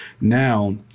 now